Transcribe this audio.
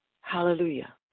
Hallelujah